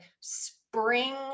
spring